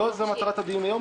אבל לא זאת מטרת הדיון היום,